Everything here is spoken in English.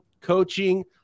coaching